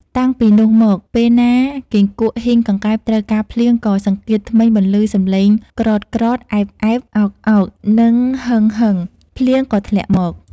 តាំងពីនោះមកពេលណាគីង្គក់ ហ៊ីង កង្កែប ត្រូវការភ្លៀង ក៏សង្កៀតធ្មេញបន្លឺសំឡេងក្រតៗ! អែបៗ ! អោកៗ! ហ្នឹងហឹងៗ! ភ្លៀងក៏ធ្លាក់មក។